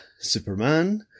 Superman